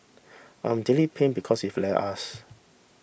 I'm deeply pain because he's left us